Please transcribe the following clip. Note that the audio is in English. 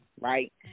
right